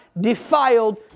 defiled